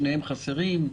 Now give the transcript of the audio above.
שניהם חסרים.